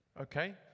okay